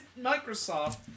Microsoft